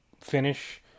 finish